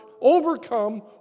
overcome